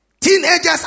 Teenagers